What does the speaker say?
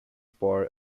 pore